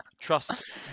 Trust